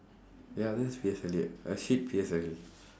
ya just P_S_L_E a shit P_S_L_E